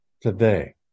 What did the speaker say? today